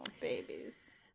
babies